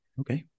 okay